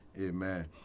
amen